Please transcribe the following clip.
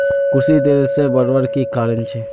कुशी देर से बढ़वार की कारण छे?